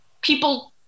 people